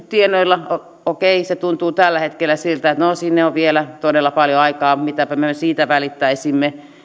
tienoilla okei se tuntuu tällä hetkellä siltä että no sinne on vielä todella paljon aikaa mitäpä me siitä välittäisimme